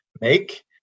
make